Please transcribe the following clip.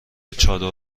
چادر